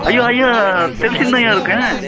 ஐயா ஐயா தெளித்துன்னுதான்யா இருக்கேன்